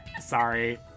Sorry